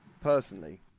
personally